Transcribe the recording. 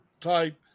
type